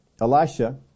Elisha